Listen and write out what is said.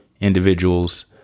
individuals